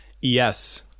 yes